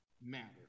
Matter